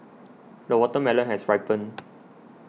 the watermelon has ripened